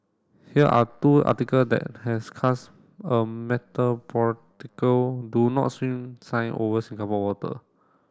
here are two article that has cast a do not swim sign over Singapore water